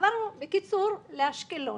עברנו לאשקלון,